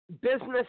business